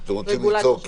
אתם רוצים ליצור סנקציה.